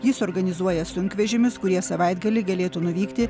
jis organizuoja sunkvežimius kurie savaitgalį galėtų nuvykti